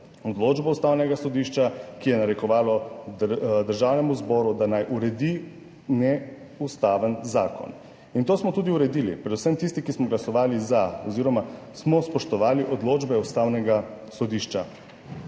odločbo Ustavnega sodišča, ki je narekovalo Državnemu zboru, da naj uredi neustaven zakon. In to smo tudi uredili predvsem tisti, ki smo glasovali »za« oziroma smo spoštovali odločbe Ustavnega sodišča.